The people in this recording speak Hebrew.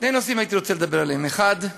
שני נושאים הייתי רוצה לדבר עליהם: האחד,